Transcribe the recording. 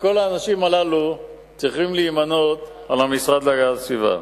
וכל האנשים הללו צריכים להימנות עם עובדי המשרד להגנת הסביבה.